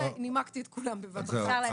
נימקתי את כולן בבת אחת.